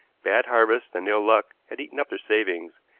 bad harvests and ill-luck had eaten up their savings,